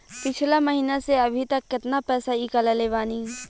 पिछला महीना से अभीतक केतना पैसा ईकलले बानी?